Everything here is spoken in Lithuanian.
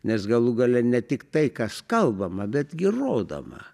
nes galų gale ne tik tai kas kalbama bet gi rodoma